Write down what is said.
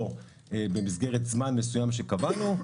או במסגרת זמן מסוים שקבענו,